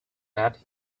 that